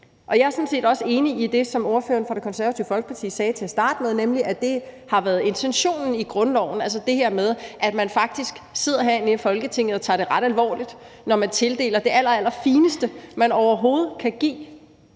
set også enig i det, som ordføreren for Det Konservative Folkeparti sagde til at starte med, nemlig at det har været intentionen i grundloven, altså det her med, at man faktisk sidder herinde i Folketinget og tager det ret alvorligt, når man tildeler det allerallerfineste, man overhovedet kan give